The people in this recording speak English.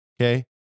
Okay